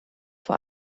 vor